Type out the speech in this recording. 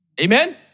Amen